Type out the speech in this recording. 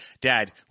Dad